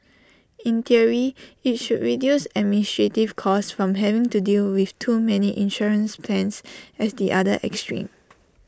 in theory IT should reduce administrative costs from having to deal with too many insurance plans as the other extreme